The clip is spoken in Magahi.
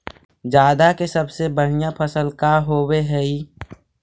जादा के सबसे बढ़िया फसल का होवे हई?